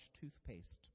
toothpaste